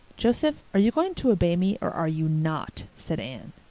joseph, are you going to obey me or are you not? said anne.